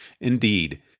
Indeed